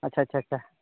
ᱟᱪᱪᱷᱟ ᱟᱪᱪᱷᱟ ᱟᱪᱪᱷᱟ